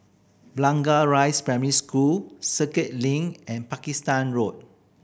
Blangah Rise Primary School Circuit Link and Pakistan Road